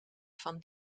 van